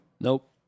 Nope